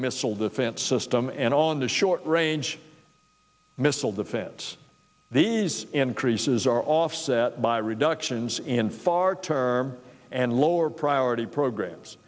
missile defense system and on the short range missile defense these increases are offset by reductions in far term and lower priority programs